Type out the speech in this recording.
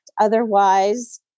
Otherwise